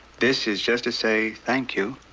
this is just to say thank you.